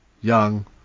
young